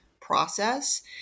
process